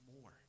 more